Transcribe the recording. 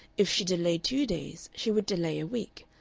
if she delayed two days she would delay a week,